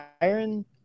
iron